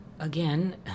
again